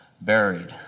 Buried